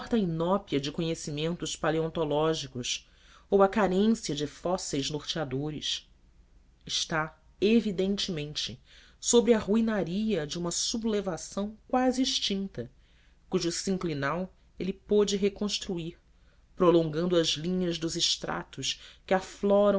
a inópia de conhecimentos paleontológicos ou a carência de fósseis norteadores está evidentemente sobre a ruinaria de uma sublevação quase extinta cujo sinclinal ele pôde reconstruir prolongando as linhas dos estratos que afloram